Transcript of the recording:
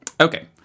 Okay